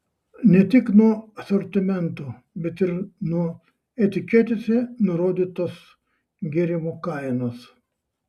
ne tik nuo asortimento bet ir nuo etiketėse nurodytos gėrimo kainos